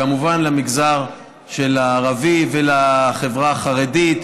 כמובן למגזר הערבי ולחברה החרדית,